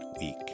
week